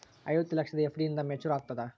ಐವತ್ತು ಲಕ್ಷದ ಎಫ್.ಡಿ ಎಂದ ಮೇಚುರ್ ಆಗತದ?